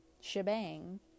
shebang